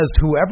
whoever